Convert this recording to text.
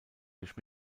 durch